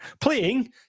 Playing